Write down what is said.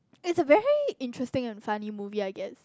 it's a very interesting and funny movie I guess